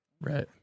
Right